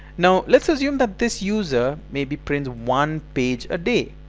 now let's assume that this user maybe prints one page a day